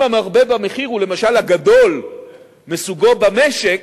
אם המרבה במחיר הוא למשל הגדול מסוגו במשק,